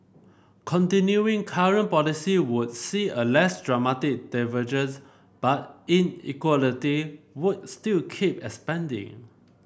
continuing current policy would see a less dramatic divergence but inequality would still keep expanding